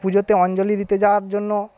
পুজোতে অঞ্জলী দিতে যাওয়ার জন্য